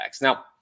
Now